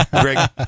Greg